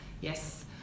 Yes